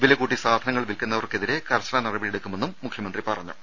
വിലകൂട്ടി സാധനങ്ങൾ വിൽക്കുന്നവർക്കെതിരെ കർശന നടപടിയെടുക്കുമെന്നും മുഖ്യമന്ത്രി പറഞ്ഞു